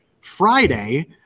Friday